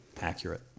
accurate